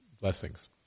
blessings